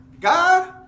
God